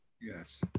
Yes